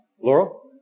Laurel